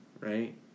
right